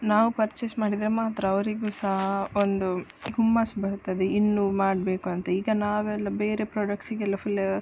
ನಾವು ಪರ್ಚೇಸ್ ಮಾಡಿದರೆ ಮಾತ್ರ ಅವರಿಗೂ ಸಹ ಒಂದು ಹುಮ್ಮಸ್ಸು ಬರುತ್ತದೆ ಇನ್ನು ಮಾಡಬೇಕು ಅಂತ ಈಗ ನಾವೆಲ್ಲ ಬೇರೆ ಪ್ರಾಡಕ್ಟ್ಸಿಗೆಲ್ಲ ಫುಲ್